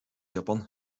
japan